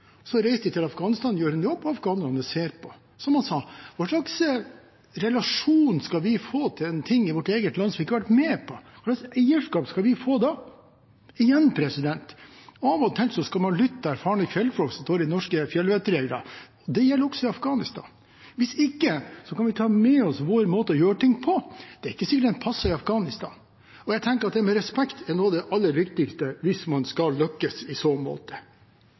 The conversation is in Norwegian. Så reiser man til Afghanistan og gjør en jobb, og afghanerne ser på. Som han sa: Hva slags relasjon skal vi få til ting i vårt eget land som vi ikke har vært med på, og hvilket eierskap skal vi få da? Igjen: Av og til skal man lytte til erfarne fjellfolk. Det står i norske fjellvettregler og gjelder også i Afghanistan. Hvis ikke kan vi ta med oss vår måte å gjøre ting på, men det er ikke sikkert at det passer i Afghanistan. Jeg tenker at respekt er noe av det aller viktigste hvis man skal lykkes i så måte.